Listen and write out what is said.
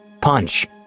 punch